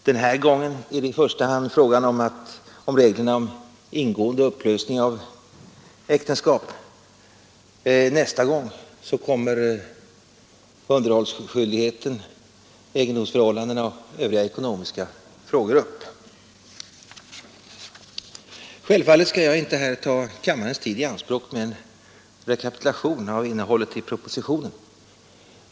Den här gången är det i första hand fråga om reglerna om ingående och upplösning av äktenskap. Nästa gång kommer underhållsskyldigheten, egendomsförhållandena och övriga ekonomiska frågor upp. Självfallet skall jag inte ta kammarens tid i anspråk med en rekapitulation av innehållet i propositionen.